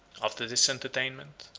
after this entertainment,